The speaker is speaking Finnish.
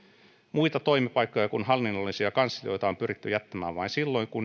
muita toimipaikkoja kuin hallinnollisia kanslioita on pyritty jättämään vain silloin kuin